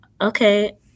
okay